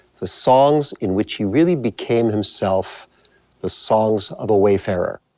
the songs in which he really became himself the songs of a wayfarer.